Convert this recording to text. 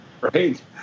Right